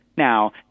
Now